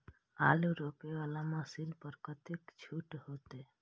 आलू रोपे वाला मशीन पर कतेक छूट होते?